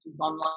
online